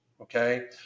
Okay